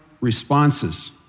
responses